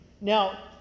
Now